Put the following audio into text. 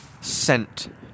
sent